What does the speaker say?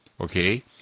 okay